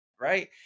Right